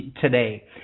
today